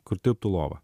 kur tilptų lova